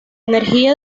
energía